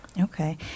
Okay